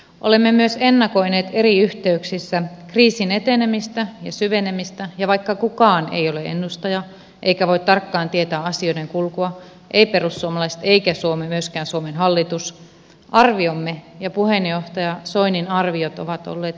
olemme myös ennakoineet eri yhteyksissä kriisin etenemistä ja syvenemistä ja vaikka kukaan ei ole ennustaja eikä voi tarkkaan tietää asioiden kulkua ei perussuomalaiset eikä myöskään suomen hallitus arviomme ja puheenjohtaja soinin arviot ovat olleet oikeansuuntaisia